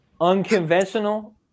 unconventional